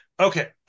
Okay